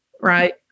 right